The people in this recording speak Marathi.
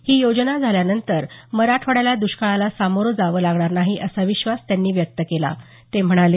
ही योजना झाल्यानंतर मराठवाड्याला द्रष्काळाला सामोरं जावं लागणार नाही असा विश्वास त्यांनी व्यक्त केला ते म्हणाले